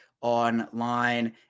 Online